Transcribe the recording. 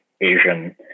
Asian